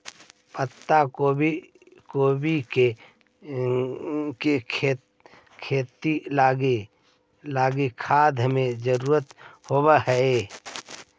पत्तागोभी के खेती लागी खाद के जरूरत होब हई